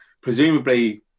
presumably